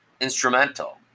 instrumental